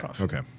okay